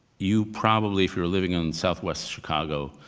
you probably, if you were living in south west chicago,